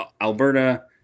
Alberta